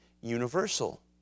universal